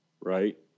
Right